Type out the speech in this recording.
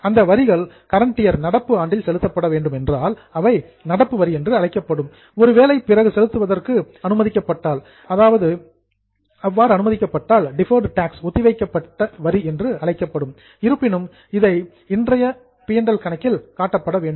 அந்த வரிகள் current year நடப்பு ஆண்டில் செலுத்தப்பட வேண்டும் என்றால் அவை கரண்ட் டாக்ஸ் நடப்பு வரி என்று அழைக்கப்படும் ஒருவேளை அந்த வரியை 2 ஆண்டுகள் 3 ஆண்டுகள் 4 ஆண்டுகளுக்கு பிறகு செலுத்துவதற்கு அளவுட் அனுமதிக்கப்பட்டால் அது டிபர்ட் டாக்ஸ் ஒத்திவைக்கப்பட்ட வரி என்று அழைக்கப்படும் இருப்பினும் இதை இன்றைய பி மற்றும் எல் கணக்கில் காட்டப்பட வேண்டும்